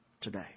today